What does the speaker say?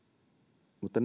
mutta